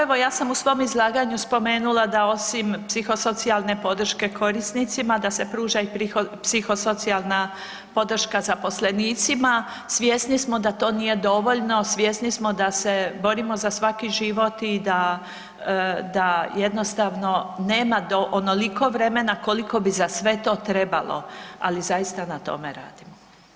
Evo, ja sam u svom izlaganju spomenula da osim psihosocijalne podrške korisnicima da se pruža i psihosocijalna podrška zaposlenicima, svjesni smo da to nije dovoljno, svjesni smo da se borimo za svaki život i da, da jednostavno nema onoliko vremena koliko bi za sve to trebalo, ali zaista na tome radimo.